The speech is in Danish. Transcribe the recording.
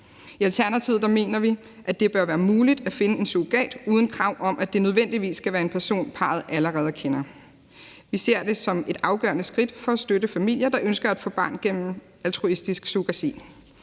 I Alternativet mener vi, at det bør være muligt at finde en surrogat uden krav om, at det nødvendigvis skal være en person, parret allerede kender. Vi ser det som et afgørende skridt for at støtte familier, der ønsker at få barn gennem altruistisk surrogati.